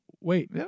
wait